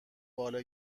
بالا